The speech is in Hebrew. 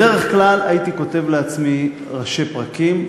בדרך כלל הייתי כותב לעצמי ראשי פרקים,